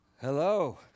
Hello